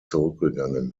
zurückgegangen